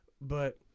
but-